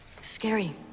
Scary